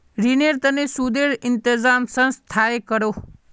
रिनेर तने सुदेर इंतज़ाम संस्थाए करोह